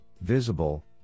visible